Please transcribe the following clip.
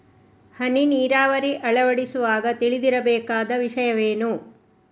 ಹನಿ ನೀರಾವರಿ ಅಳವಡಿಸುವಾಗ ತಿಳಿದಿರಬೇಕಾದ ವಿಷಯವೇನು?